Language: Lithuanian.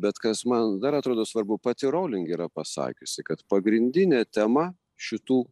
bet kas man dar atrodo svarbu pati rowling yra pasakiusi kad pagrindinė tema šitų